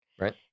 Right